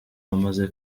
bamaze